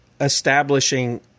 establishing